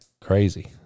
crazy